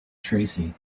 tracy